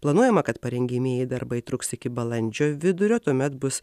planuojama kad parengiamieji darbai truks iki balandžio vidurio tuomet bus